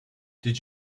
did